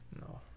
No